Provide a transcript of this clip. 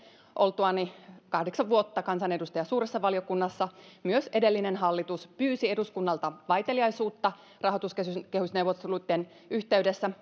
oltuani kahdeksan vuotta kansanedustaja suuressa valiokunnassa myös edellinen hallitus pyysi eduskunnalta vaiteliaisuutta rahoituskehysneuvotteluitten yhteydessä